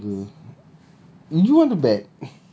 you jaga you want to bet